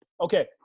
Okay